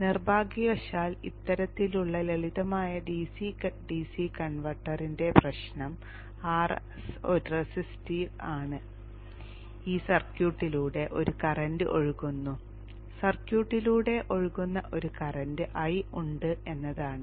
നിർഭാഗ്യവശാൽ ഇത്തരത്തിലുള്ള ലളിതമായ DC DC കൺവെർട്ടറിന്റെ പ്രശ്നം Rs ഒരു റെസിസ്റ്റീവ് ആണ് ഈ സർക്യൂട്ടിലൂടെ ഒരു കറന്റ് ഒഴുകുന്നു സർക്യൂട്ടിലൂടെ ഒഴുകുന്ന ഒരു കറന്റ് i ഉണ്ട് എന്നതാണ്